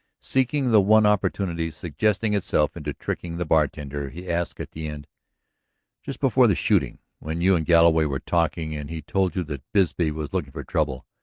seeking the one opportunity suggesting itself into tricking the bartender, he asked at the end just before the shooting, when you and galloway were talking and he told you that bisbee was looking for trouble,